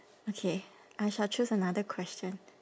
okay I shall choose another question